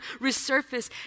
resurface